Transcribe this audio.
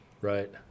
Right